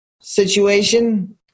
situation